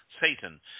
Satan